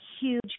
huge